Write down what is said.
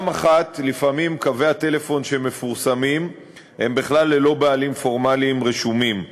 1. לפעמים קווי הטלפון שמתפרסמים הם בכלל ללא בעלים פורמליים רשומים,